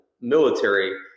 military